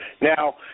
Now